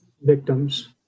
victims